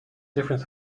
difference